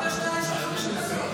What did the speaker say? יש לך 50 דקות.